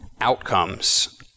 outcomes